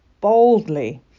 boldly